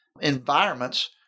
environments